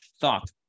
thought